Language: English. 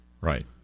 Right